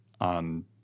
on